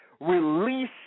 Release